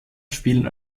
spielen